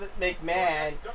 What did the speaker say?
McMahon